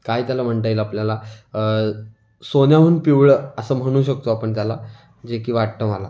काय त्याला म्हणता येईल आपल्याला सोन्याहून पिवळं असं म्हणू शकतो आपण त्याला जे की वाटतं मला